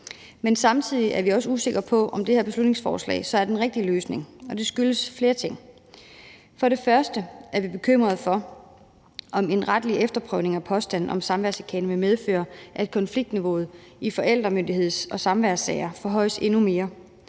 Men samtidig er vi usikre på, om det her beslutningsforslag så er den rigtige løsning, og det skyldes flere ting. For det første er vi bekymrede for, om en retlig efterprøvning af en påstand om samværschikane vil medføre, at konfliktniveauet i forældremyndigheds- og samværssager forhøjes endnu mere.